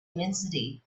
immensity